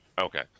Okay